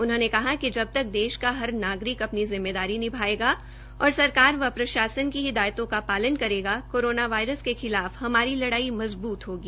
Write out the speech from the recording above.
उन्होंने कहा कि जब तक देश का हर नागरिक अपनी जिम्मेदारी निभायेगा और सरकार व प्रशासन की हिदायतों का पालन करेगा कोरोना वायरस के खिलाफ लड़ाई मजबूत होगी